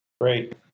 Great